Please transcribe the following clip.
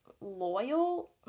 loyal